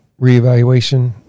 reevaluation